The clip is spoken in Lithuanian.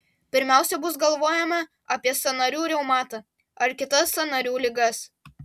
pirmiausia bus galvojama apie sąnarių reumatą ar kitas sąnarių ligas